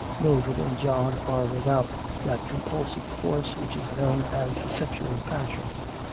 mildred and john are without that compulsive force which is known as the sexual passion.